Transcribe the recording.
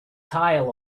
tile